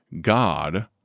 God